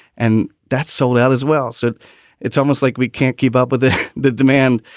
and that's sold out as well. so it's almost like we can't keep up with the demand.